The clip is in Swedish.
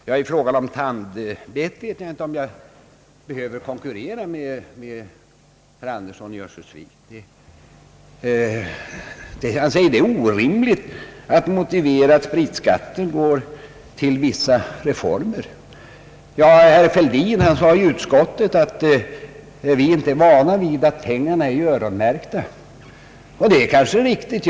Herr talman! Jag vet inte om jag i fråga om tandbett behöver konkurrera med herr Axel Andersson! Han säger att det är orimligt att motivera att spritskatten går till vissa reformer. Herr Fälldin sade i utskottet att »vi är inte vana vid att pengarna är öronmärkta». Det kanske är riktigt.